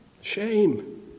Shame